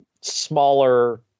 Smaller